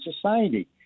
society